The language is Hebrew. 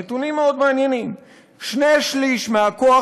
נתונים מאוד מעניינים: שני שלישים מהכוח